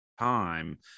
time